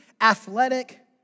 athletic